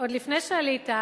עוד לפני שעלית,